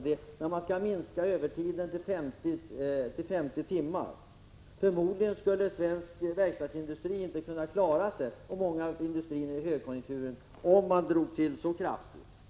vill att man skall minska övertiden till 50 timmar. Förmodligen skulle svensk verkstadsindustri inte kunna klara sig — och inte heller många andra industrier i högkonjunkturen — om man drog till så kraftigt.